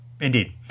indeed